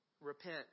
Repent